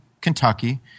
Kentucky –